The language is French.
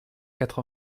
quatre